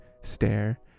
stare